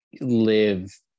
live